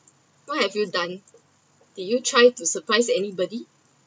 what have you done did you try to surprise anybody